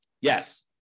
Yes